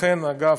לכן, אגב,